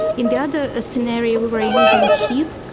in the other ah scenario we were using heat,